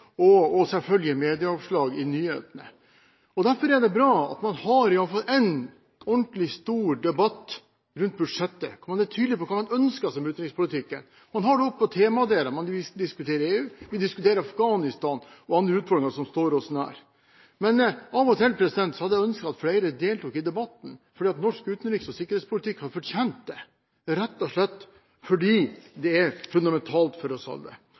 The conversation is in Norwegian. enkeltkampanjer og selvfølgelig i medieoppslag i nyhetene. Derfor er det bra at man har i alle fall én ordentlig stor debatt om budsjettet, hvor man er tydelig på hva man ønsker seg med utenrikspolitikken. Man har nok av temaer å debattere: Vi diskuterer EU, Afghanistan og andre utfordringer som står oss nær. Av og til hadde jeg ønsket at flere deltok i debatten, fordi norsk utenriks- og forsvarspolitikk hadde fortjent det – rett og slett fordi det er fundamentalt for oss alle.